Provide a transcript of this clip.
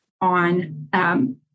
on